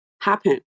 happen